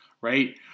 right